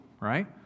right